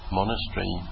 monastery